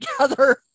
together